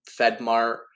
FedMart